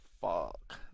fuck